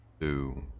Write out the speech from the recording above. two